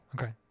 okay